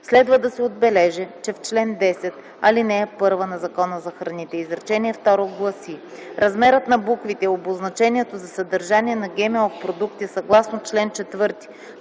Следва да се отбележи, че в чл. 10, ал. 1 на Закона за храните, изречение второ гласи: „Размерът на буквите в обозначението за съдържание на ГМО в продукти, съгласно чл. 4,